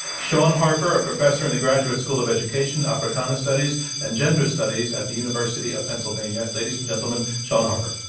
shaun harper, a professor in the graduate school of education, africana studies and gender studies at the university of pennsylvania. ladies and gentlemen, shaun harper.